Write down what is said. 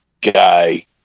guy